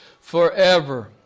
forever